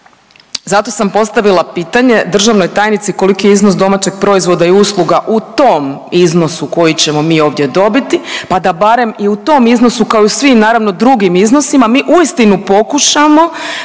Zato sam postavila pitanje državnoj tajnici koliki je iznos domaćeg proizvoda i usluga u tom iznosu koji ćemo mi ovdje dobiti, pa da barem i u tom iznosu kao i u svim naravno drugim iznosima mi uistinu pokušamo